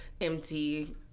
empty